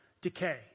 Decay